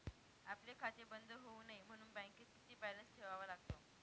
आपले खाते बंद होऊ नये म्हणून बँकेत किती बॅलन्स ठेवावा लागतो?